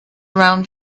around